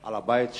על הבית שלו.